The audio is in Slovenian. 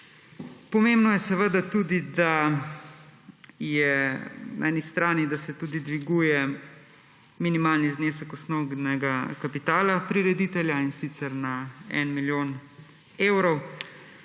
Pomembno je tudi, da se dviguje minimalni znesek osnovnega kapitala prireditelja, in sicer na 1 milijon evrov.